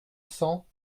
cents